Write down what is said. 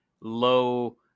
low